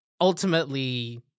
Ultimately